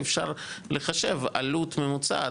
אפשר לחשב עלות ממוצעת,